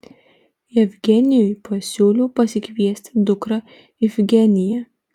jevgenijui pasiūliau pasikviesti dukrą ifigeniją